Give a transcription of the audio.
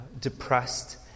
depressed